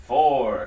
Four